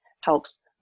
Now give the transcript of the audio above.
helps